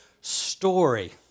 story